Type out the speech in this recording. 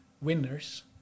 winners